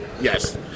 Yes